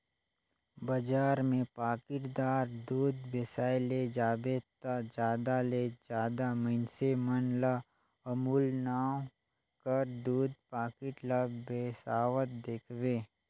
बजार में पाकिटदार दूद बेसाए ले जाबे ता जादा ले जादा मइनसे मन ल अमूल नांव कर दूद पाकिट ल बेसावत देखबे